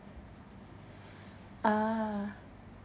ah